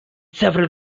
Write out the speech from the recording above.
several